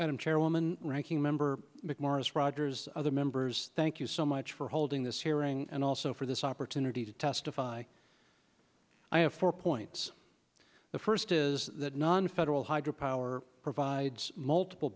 and i'm chairwoman ranking member mcmorris rodgers other members thank you so much for holding this hearing and also for this opportunity to testify i have four points the first is nonfederal hydropower provides multiple